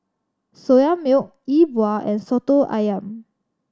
Soya Milk E Bua and Soto Ayam